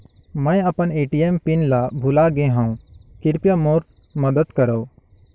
मैं अपन ATM pin ल भुला गे हवों, कृपया मोर मदद करव